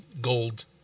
gold